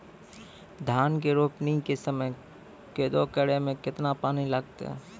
धान के रोपणी के समय कदौ करै मे केतना पानी लागतै?